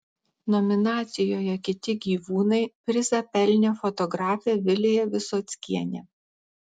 nominacijoje kiti gyvūnai prizą pelnė fotografė vilija visockienė